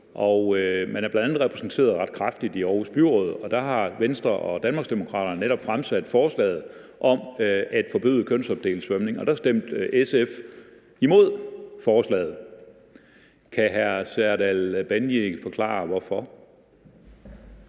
Man er bl.a. repræsenteret ret kraftigt i Aarhus Byråd, og der har Venstre og Danmarksdemokraterne netop fremsat forslaget om at forbyde kønsopdelt svømning, og der stemte SF imod forslaget. Kan hr. Serdal Benli ikke forklare hvorfor?